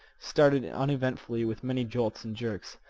started unevenly with many jolts and jerks.